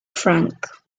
franck